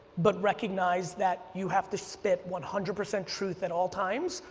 but recognize that you have to spit one hundred percent truth at all times,